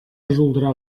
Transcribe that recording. resoldrà